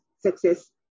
Success